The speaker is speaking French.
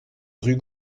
rue